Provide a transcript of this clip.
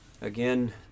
again